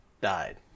died